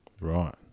Right